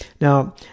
Now